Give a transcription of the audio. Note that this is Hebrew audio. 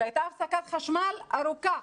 הייתה הפסקת חשמל ארוכה,